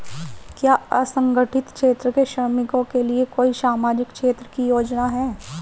क्या असंगठित क्षेत्र के श्रमिकों के लिए कोई सामाजिक क्षेत्र की योजना है?